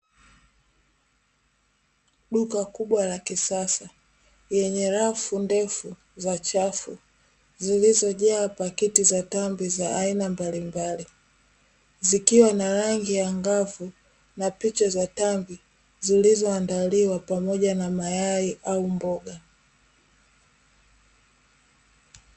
Duka kubwa la kisasa lenye rafu ndefu za chafu, zilizojaa pakiti za tambi za aina ya mbalimbali; zikiwa na rangi angavu na picha za tambi zilizoandaliwa pamoja na mayai au mboga.